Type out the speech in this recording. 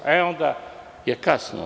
E, onda je kasno.